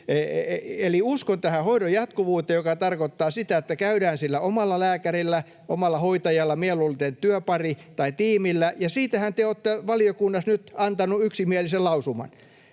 Eli uskon tähän hoidon jatkuvuuteen, joka tarkoittaa sitä, että käydään omalla lääkärillä, omalla hoitajalla, mieluiten työparilla tai ‑tiimillä. Siitähän te olette valiokunnassa nyt antaneet yksimielisen lausuman.